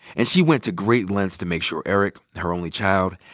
and she went to great lengths to make sure eric, her only child,